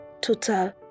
total